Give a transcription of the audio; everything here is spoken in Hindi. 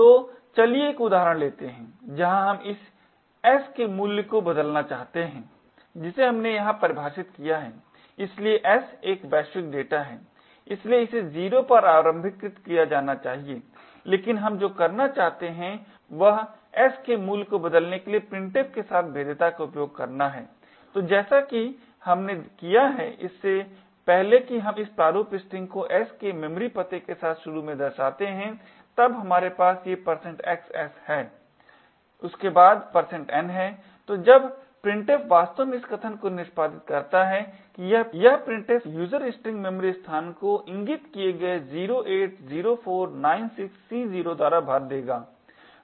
तो चलिए एक उदाहरण लेते हैं जहाँ हम इस s के मुल्य को बदलना चाहते हैं जिसे हमने यहाँ परिभाषित किया है इसलिए s एक वैश्विक डेटा है इसलिए इसे 0 पर आरंभीकृत किया जाना चाहिए लेकिन हम जो करना चाहते हैं वह s के मूल्य को बदलने के लिए printf के साथ भेद्यता का उपयोग करना है तो जैसा कि हमने किया है इससे पहले कि हम इस प्रारूप स्ट्रिंग को s के मेमोरी पते के साथ शुरू में दर्शाते हैं तब हमारे पास ये xs हैं उसके बाद n है तो जब printf वास्तव में इस कथन को निष्पादित करता है कि यह printf user string मेमोरी स्थान को इंगित किये गया 080496C0 द्वारा भर देगा